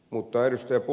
mutta ed